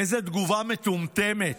איזו תגובה מטומטמת.